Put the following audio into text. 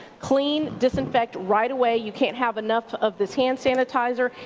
clean, disinfect right away, you can't have enough of this hand sanitizer,